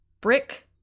brick